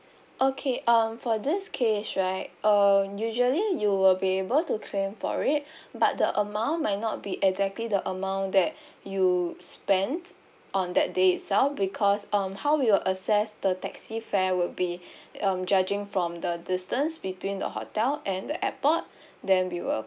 okay um for this case right uh usually you will be able to claim for it but the amount might not be exactly the amount that you spent on that day itself because um how we will assess the taxi fare would be um judging from the distance between the hotel and the airport then we will